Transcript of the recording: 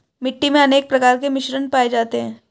मिट्टी मे अनेक प्रकार के मिश्रण पाये जाते है